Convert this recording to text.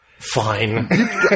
Fine